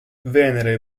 venere